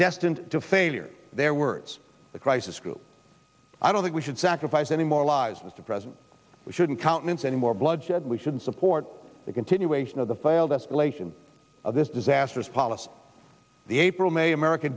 destined to failure their words the crisis group i don't think we should sacrifice any more lives mr president we shouldn't countenance any more bloodshed we should support the continuation of the failed escalation of this disastrous policy the april may america